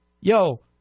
yo